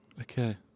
Okay